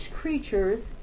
creature's